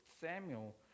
Samuel